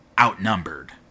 outnumbered